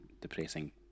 depressing